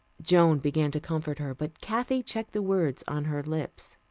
joan began to comfort her, but kathy checked the words on her lips.